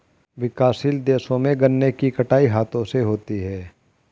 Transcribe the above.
विकासशील देशों में गन्ने की कटाई हाथों से होती है